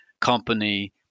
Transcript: company